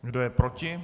Kdo je proti?